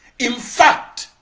in fact,